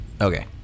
Okay